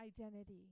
identity